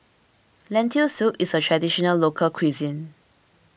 Lentil Soup is a Traditional Local Cuisine